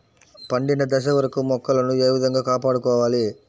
పండిన దశ వరకు మొక్కలను ఏ విధంగా కాపాడుకోవాలి?